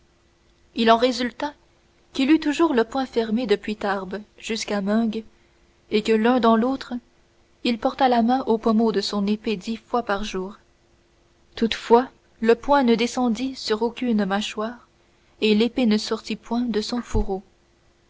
il en résulta qu'il eut toujours le poing fermé depuis tarbes jusqu'à meung et que l'un dans l'autre il porta la main au pommeau de son épée dix fois par jour toutefois le poing ne descendit sur aucune mâchoire et l'épée ne sortit point de son fourreau